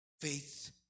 Faith